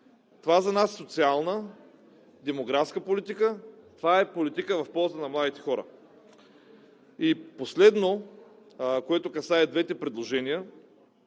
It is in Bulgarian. Това за нас е социална, демографска политика, това е политика в полза на младите хора. И последното, което касае двете предложения.